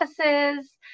offices